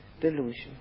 delusion